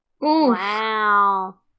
Wow